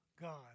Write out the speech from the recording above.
God